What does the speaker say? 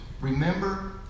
Remember